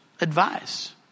advice